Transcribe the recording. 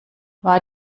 war